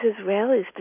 Israelis